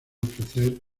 ofrecer